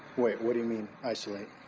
iwait, what do you mean isolate?